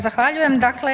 Zahvaljujem.